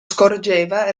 scorgeva